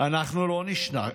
אנחנו לא נשכח,